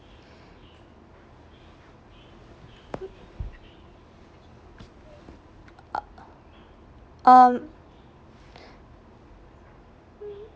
um